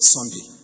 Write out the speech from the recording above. Sunday